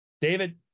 David